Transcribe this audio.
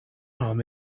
arm